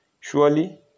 Surely